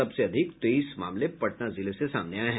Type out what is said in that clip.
सबसे अधिक तेइस मामले पटना जिले से सामने आये है